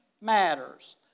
matters